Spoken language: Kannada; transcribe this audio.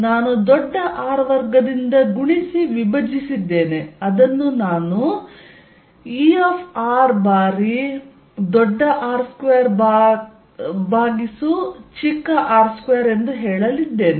ನಾನು ದೊಡ್ಡ R ವರ್ಗದಿಂದ ಗುಣಿಸಿ ವಿಭಜಿಸಿದ್ದೇನೆ ಅದನ್ನು ನಾನು E ಬಾರಿ R2r2 ಎಂದು ಹೇಳಲಿದ್ದೇನೆ